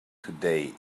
today